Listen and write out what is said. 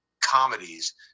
comedies